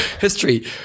History